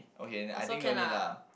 also can lah